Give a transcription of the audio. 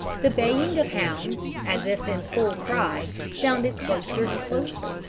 the baying of hounds, as if in full cry sounded closer and closer,